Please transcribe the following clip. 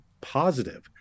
positive